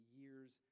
years